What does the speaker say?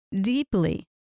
deeply